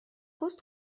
پست